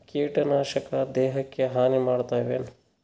ಕೀಟನಾಶಕ ದೇಹಕ್ಕ ಹಾನಿ ಮಾಡತವೇನು?